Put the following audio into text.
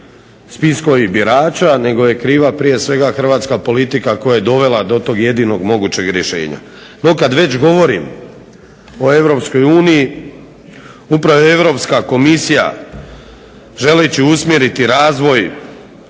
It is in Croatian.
spiskovi birača nego je kriva prije svega hrvatska politika koja je dovela do tog jedinog mogućeg rješenja. No kad već govorim o Europskoj uniji, upravo je Europska komisija želeći usmjeriti razvoj